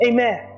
Amen